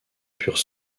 purent